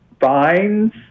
vines